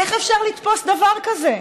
איך אפשר לתפוס דבר כזה?